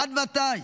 עד מתי?